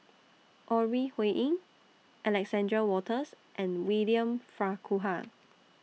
Ore Huiying Alexander Wolters and William Farquhar